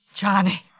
Johnny